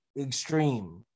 extreme